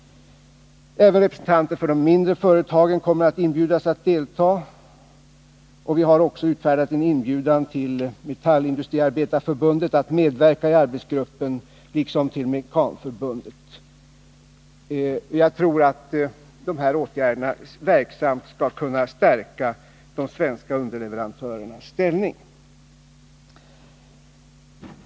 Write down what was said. Även representanter för de mindre företagen kommer att inbjudas att delta. Vi har också utfärdat en inbjudan till Metallindustriarbetareförbundet och Mekanförbundet att medverka i arbetsgruppen. Jag tror att dessa åtgärder verksamt skall kunna stärka de svenska underleverantörernas ställning.